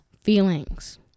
feelings